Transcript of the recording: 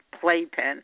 playpen